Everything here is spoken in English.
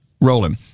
rolling